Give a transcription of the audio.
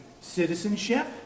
citizenship